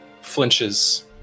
flinches